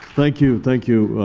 thank you. thank you,